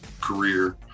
career